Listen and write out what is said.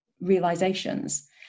realizations